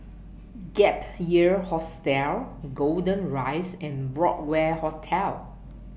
Gap Year Hostel Golden Rise and Broadway Hotel